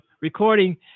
recording